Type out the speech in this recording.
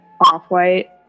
off-white